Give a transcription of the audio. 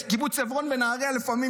קיבוץ עברון ונהריה לפעמים,